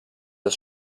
das